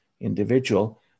individual